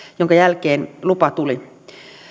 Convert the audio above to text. minkä jälkeen lupa tuli